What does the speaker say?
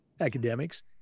academics